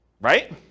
right